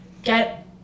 get